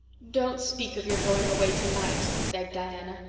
don't speak of your going away tonight, begged diana.